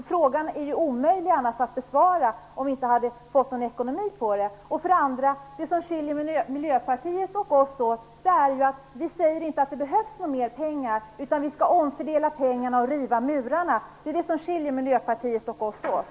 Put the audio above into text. Frågan är omöjlig att besvara om vi inte får med den ekonomiska aspekten. Det som skiljer Miljöpartiet och oss åt är att vi inte säger att det behövs mer pengar. Vi skall omfördela pengarna och riva murarna. Det är det som skiljer Miljöpartiet och oss åt.